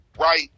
Right